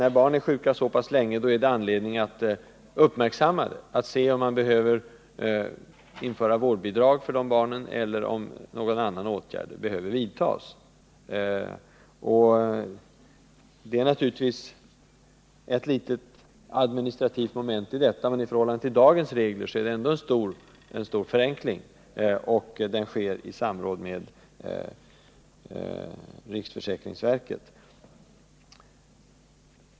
När barn är sjuka så länge finns det anledning att uppmärksamma det, och undersöka om man bör införa vårdbidrag för de barnen eller om någon annan åtgärd behöver vidtagas. Det finns naturligtvis ett litet administrativt moment i detta, men i förhållande till dagens regler är det fråga om en stor förenkling, och den sker i samråd med riksförsäkringsverket.